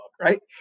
right